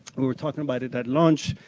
we were talking about it at lunch,